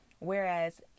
Whereas